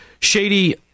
shady